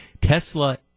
Tesla